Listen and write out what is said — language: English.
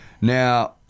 Now